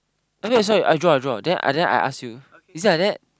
oh wait sorry sorry I draw I draw then I then I ask you is it like that